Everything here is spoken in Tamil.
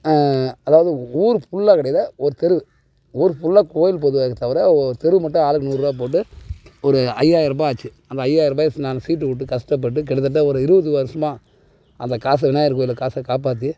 அதாவது ஊர் ஃபுல்லாக கிடையாது ஒரு தெருவு ஊர் ஃபுல்லாக கோயில் பொதுவாக இருக்கே தவிர ஒரு தெரு மட்டும் ஆளுக்கு நூறுரூவா போட்டு ஒரு ஐயாயிரூபா ஆச்சு அந்த ஐயாயிருபாயை நான் சீட்டு விட்டு கஷ்டப்பட்டு கிட்டத்தட்ட ஒரு இருபது வருஷமாக அந்த காசை விநாயகர் கோயில் காசை காப்பாற்றி